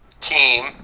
team